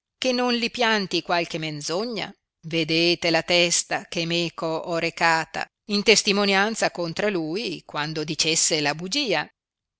che non li pianti qualche menzogna vedete la testa che meco ho recata in testimonianza contra lui quando dicesse la bugia